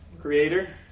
Creator